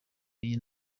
iyi